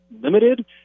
limited